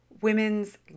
women's